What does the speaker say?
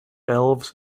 elves